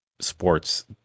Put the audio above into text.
sports